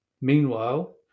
Meanwhile